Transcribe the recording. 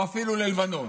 או אפילו ללבנון?